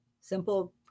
Simple